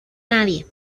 nadie